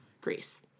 Greece